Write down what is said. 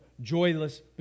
joyless